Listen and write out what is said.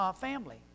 family